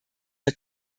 der